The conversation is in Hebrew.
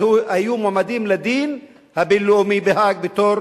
אז היו מועמדים לדין בבית-המשפט הבין-לאומי בהאג בתור